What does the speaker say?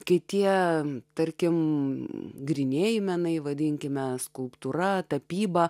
kai tie tarkim grynieji menai vadinkime skulptūra tapyba